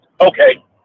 Okay